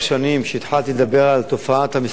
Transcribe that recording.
כשהתחלתי לדבר על תופעת המסתננים,